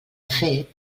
fet